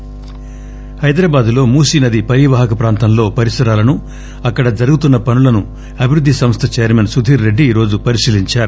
మూసీ హైదరాబాద్ లో మూసీనది పరీవాహక ప్రాంతంలో పరిసరాలను అక్కడ జరుగుతున్న పనులను అభివృద్ధి సంస్థ చైర్మన్ సుధీర్ రెడ్డి ఈరోజు పరిశీలించారు